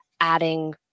adding –